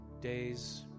days